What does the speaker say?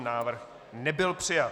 Návrh nebyl přijat.